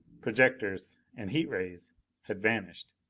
projectors and heat rays had vanished!